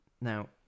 Now